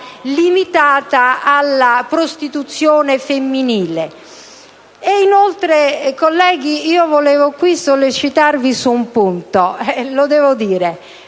limitata alla prostituzione femminile. E inoltre, colleghi, io volevo qui sollecitarvi su un punto, lo devo dire.